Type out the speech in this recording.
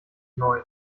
neu